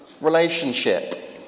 relationship